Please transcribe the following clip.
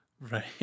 Right